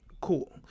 Cool